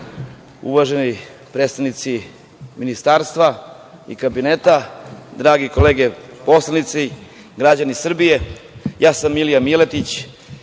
uvaženi predstavnici ministarstva i kabineta, drage kolege poslanici, građani Srbije, ja sam Milija Miletić